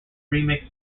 remix